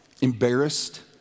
embarrassed